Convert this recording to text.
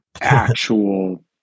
actual